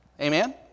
Amen